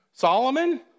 Solomon